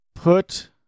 Put